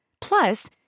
Plus